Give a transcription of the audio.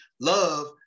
love